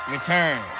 Return